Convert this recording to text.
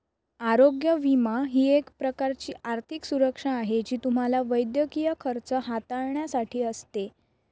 आरोग्य विमा ही एक प्रकारची आर्थिक सुरक्षा आहे जी तुम्हाला वैद्यकीय खर्च हाताळण्यासाठी असते